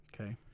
Okay